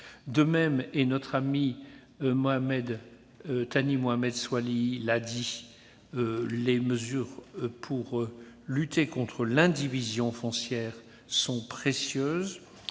De même, Thani Mohamed Soilihi l'a dit, les mesures pour lutter contre l'indivision foncière sont précieuses,